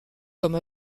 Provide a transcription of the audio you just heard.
comme